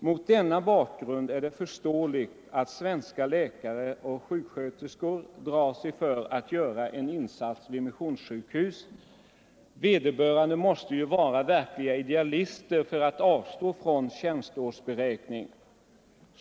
Mot denna bakgrund är det förståeligt att svenska läkare och sjuksköterskor drar sig för att göra en insats vid missionssjukhus — vederbörande måste ju vara verkliga idealister för att avstå från tjänstårsberäkning.